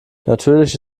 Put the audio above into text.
natürlich